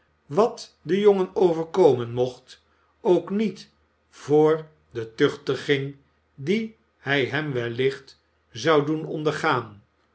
wat den jongen overkomen mocht ook niet voor de tuchtiging die hij hem wellicht zou doen ondergaan